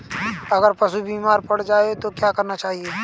अगर पशु बीमार पड़ जाय तो क्या करना चाहिए?